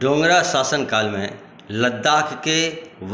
डोगरा शासन कालमे लद्दाखके